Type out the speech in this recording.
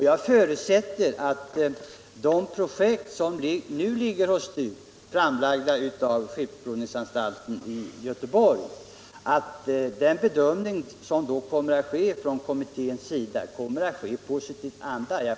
Jag förutsätter att kommitténs prövning av de projekt som nu ligger hos STU, framlagda av skeppsprovningsanstalten i Göteborg, kommer att ske i positiv anda.